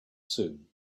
soon